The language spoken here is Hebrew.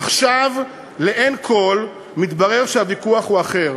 עכשיו לעין כול מתברר שהוויכוח הוא אחר: